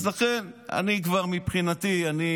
אז לכן, מבחינתי, אני